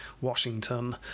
Washington